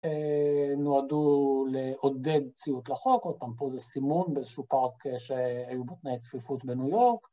נועדו לעודד ציות לחוק, עוד פעם פה זה סימון באיזשהו פארק שהיו בתנאי צפיפות בניו יורק.